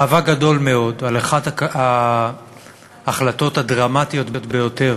מאבק גדול מאוד על אחת ההחלטות הדרמטיות ביותר